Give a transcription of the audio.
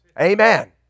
amen